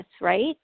right